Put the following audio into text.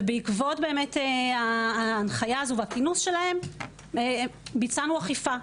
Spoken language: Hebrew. ובעקבות באמת ההנחיה הזו והכינוס שלהם ביצענו אכיפה.